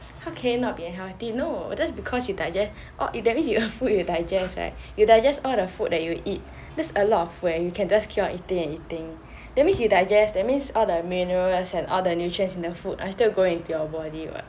how can you not be unhealthy no that's because you digest or if that means you food you digest you digest all the food that you eat that's a lot of food leh that you can just keep eating and eating that means you digest that means all the minerals and all the nutrients in the food are still going into your body what